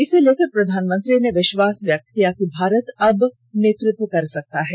इसको लेकर प्रधानमंत्री ने विश्वास व्यक्त किया कि भारत अब नेतृत्व कर सकता है